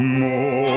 more